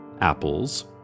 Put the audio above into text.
apples